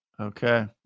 Okay